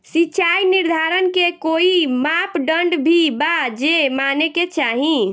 सिचाई निर्धारण के कोई मापदंड भी बा जे माने के चाही?